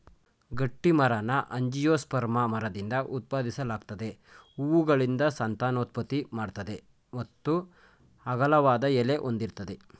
ಗಟ್ಟಿಮರನ angiosperm ಮರದಿಂದ ಉತ್ಪಾದಿಸಲಾಗ್ತದೆ ಹೂವುಗಳಿಂದ ಸಂತಾನೋತ್ಪತ್ತಿ ಮಾಡ್ತದೆ ಮತ್ತು ಅಗಲವಾದ ಎಲೆ ಹೊಂದಿರ್ತದೆ